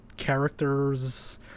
characters